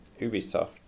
Ubisoft